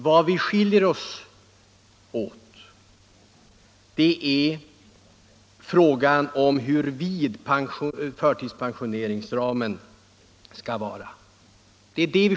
Vi skiljer oss i fråga om hur vid förtidspensioneringsramen skall vara.